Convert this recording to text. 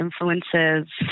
influences